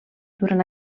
durant